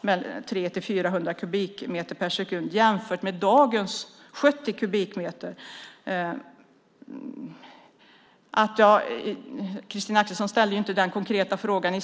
300-400 kubikmeter per sekund jämfört med dagens 70 kubikmeter. Christina Axelsson ställde inte den konkreta frågan.